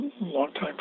longtime